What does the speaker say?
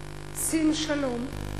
שלום,